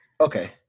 Okay